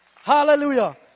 Hallelujah